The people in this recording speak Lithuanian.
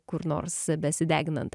kur nors besideginant